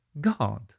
God